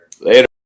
Later